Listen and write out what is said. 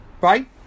Right